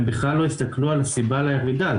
הם בכלל לא הסתכלו על הסיבה לירידה.